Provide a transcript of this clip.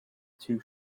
too